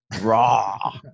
raw